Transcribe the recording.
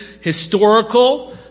historical